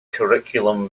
curriculum